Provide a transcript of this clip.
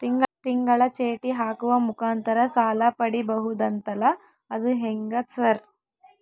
ತಿಂಗಳ ಚೇಟಿ ಹಾಕುವ ಮುಖಾಂತರ ಸಾಲ ಪಡಿಬಹುದಂತಲ ಅದು ಹೆಂಗ ಸರ್?